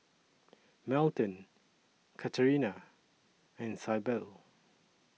Melton Katharina and Syble